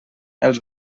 els